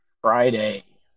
Friday